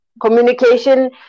Communication